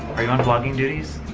are you on vlogging duties?